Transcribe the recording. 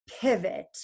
pivot